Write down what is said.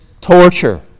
torture